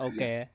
Okay